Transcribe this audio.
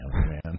man